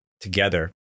together